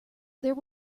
there